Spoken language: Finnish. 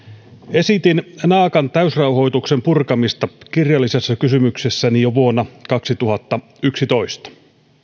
esitin naakan täysrauhoituksen purkamista kirjallisessa kysymyksessäni jo vuonna kaksituhattayksitoista